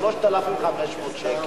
3,500 שקל.